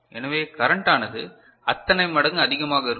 எனவே கரண்ட்டானது அத்தனை மடங்கு அதிகமாக இருக்கும்